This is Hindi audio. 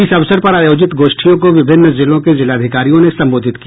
इस अवसर पर आयोजित गोष्ठियों को विभिन्न जिलों के जिलाधिकारियों ने संबोधित किया